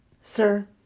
Sir